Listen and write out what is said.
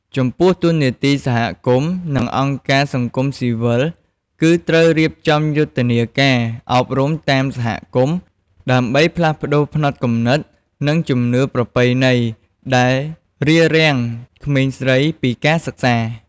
ចំពោះតួនាទីសហគមន៍ និងអង្គការសង្គមស៊ីវិលគឺ ត្រូវរៀបចំយុទ្ធនាការអប់រំតាមសហគមន៍ ដើម្បីផ្លាស់ប្តូរផ្នត់គំនិត និងជំនឿប្រពៃណីដែលរារាំងក្មេងស្រីពីការសិក្សា។